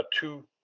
two